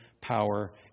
power